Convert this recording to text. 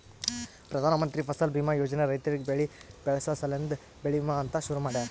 ಪ್ರಧಾನ ಮಂತ್ರಿ ಫಸಲ್ ಬೀಮಾ ಯೋಜನೆ ರೈತುರಿಗ್ ಬೆಳಿ ಬೆಳಸ ಸಲೆಂದೆ ಬೆಳಿ ವಿಮಾ ಅಂತ್ ಶುರು ಮಾಡ್ಯಾರ